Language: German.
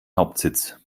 hauptsitz